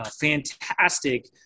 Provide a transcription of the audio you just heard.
fantastic